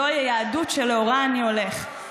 זוהי היהדות שלאורה אני הולך,